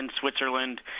Switzerland